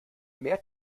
mehr